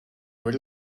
very